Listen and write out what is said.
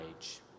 age